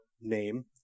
name